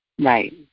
Right